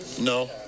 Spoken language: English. No